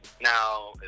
Now